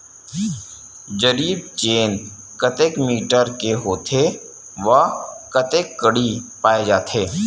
जरीब चेन कतेक मीटर के होथे व कतेक कडी पाए जाथे?